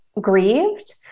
grieved